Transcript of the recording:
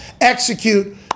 execute